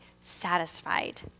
satisfied